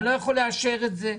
אני לא יכול לאשר את זה.